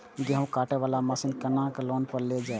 गेहूँ काटे वाला मशीन केना लोन पर लेल जाय?